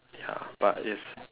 ya but it's